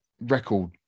record